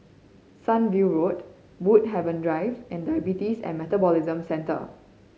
Sunview Road Woodhaven Drive and Diabetes and Metabolism Centre